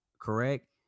correct